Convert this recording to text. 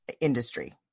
industry